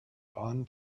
gone